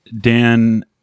Dan